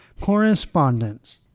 correspondence